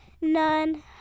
none